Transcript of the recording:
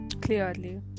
Clearly